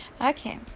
Okay